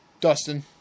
Dustin